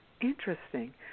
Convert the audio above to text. Interesting